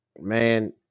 man